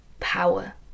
power